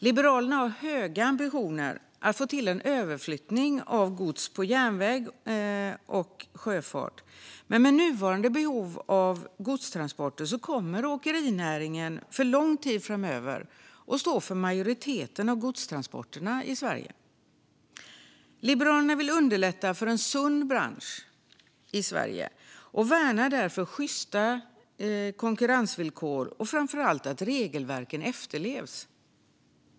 Liberalerna har höga ambitioner att få till en överflyttning av gods till järnväg och sjöfart. Men med nuvarande behov av godstransporter kommer åkerinäringen för lång tid framöver att stå för majoriteten av godstransporterna i Sverige. Liberalerna vill underlätta för en sund bransch i Sverige och värnar därför sjysta konkurrensvillkor och framför allt att regelverken efterlevs.